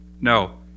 No